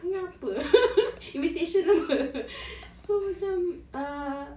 kau ingat apa invitation apa so macam err